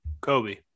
Kobe